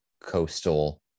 coastal